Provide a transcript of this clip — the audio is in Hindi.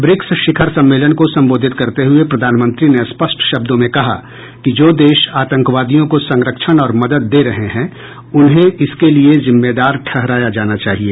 ब्रिक्स शिखर सम्मेलन को संबोधित करते हुए प्रधानमंत्री ने स्पष्ट शब्दों में कहा कि जो देश आतंकवादियों को संरक्षण और मदद दे रहे हैं उन्हें इसके लिए जिम्मेदार ठहराया जाना चाहिए